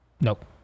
Nope